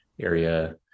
area